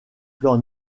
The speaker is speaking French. plan